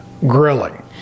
grilling